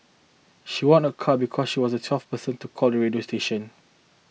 she won a car because she was the twelfth person to call the radio station